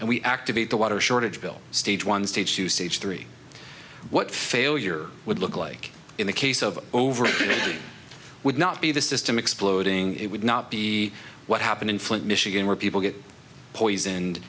and we activate the water shortage bill stage one stage to stage three what failure would look like in the case of overthinking would not be the system exploding it would not be what happened in flint michigan where people get poisoned